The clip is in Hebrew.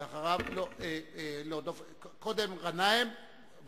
ואחריו, חבר הכנסת חנין.